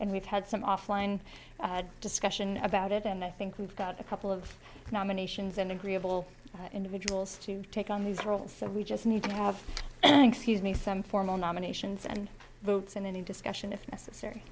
and we've had some offline discussion about it and i think we've got a couple of nominations and agreeable individuals to take on these roles so we just need to have an excuse me some formal nominations and votes in any discussion if necessary